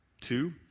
Two